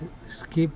skip